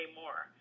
more